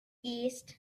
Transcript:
east